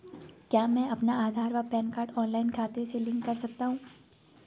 क्या मैं अपना आधार व पैन कार्ड ऑनलाइन खाते से लिंक कर सकता हूँ?